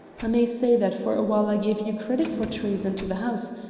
i may say that for a while i gave you credit for treason to the house,